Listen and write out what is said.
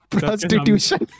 Prostitution